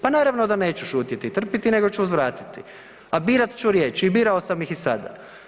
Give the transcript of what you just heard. Pa naravno da neću šutjeti i trpjeti nego ću uzvratiti, a birat ću riječi i birao sam ih i sada.